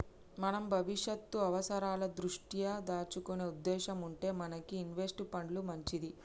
మనం భవిష్యత్తు అవసరాల దృష్ట్యా దాచుకునే ఉద్దేశం ఉంటే మనకి ఇన్వెస్ట్ పండ్లు మంచిది